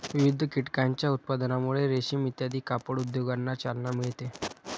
विविध कीटकांच्या उत्पादनामुळे रेशीम इत्यादी कापड उद्योगांना चालना मिळते